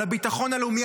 על הביטחון הלאומי,